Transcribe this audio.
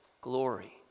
glory